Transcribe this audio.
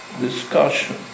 discussion